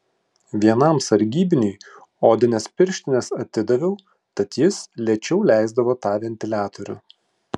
vienam sargybiniui odines pirštines atidaviau tad jis lėčiau leisdavo tą ventiliatorių